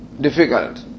difficult